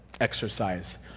exercise